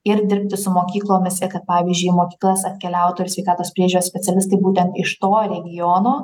ir dirbti su mokyklomis ir kad pavyzdžiui į mokyklas atkeliautų ir sveikatos priežiūros specialistai būtent iš to regiono